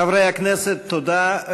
חברי הכנסת, תודה.